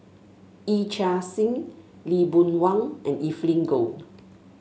Yee Chia Hsing Lee Boon Wang and Evelyn Goh